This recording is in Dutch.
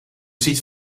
ziet